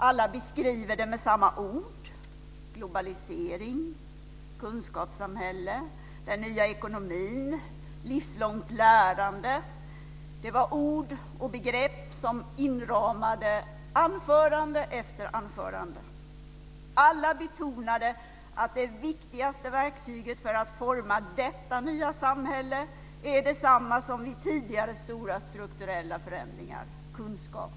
Alla beskriver det med samma ord: globalisering, kunskapssamhälle, den nya ekonomin, livslångt lärande. Det var ord och begrepp som inramade anförande efter anförande. Alla betonade att det viktigaste verktyget för att forma detta nya samhälle är det samma som vid tidigare stora strukturella förändringar: kunskap.